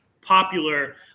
popular